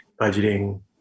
budgeting